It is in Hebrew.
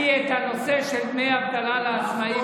אני את הנושא של דמי אבטלה לעצמאים,